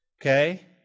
Okay